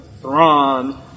Thrawn